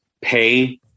pay